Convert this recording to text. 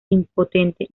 impotente